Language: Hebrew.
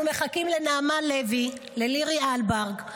אנחנו מחכים לנעמה לוי, ללירי אלבג,